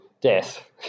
death